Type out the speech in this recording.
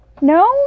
no